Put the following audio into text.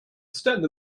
stand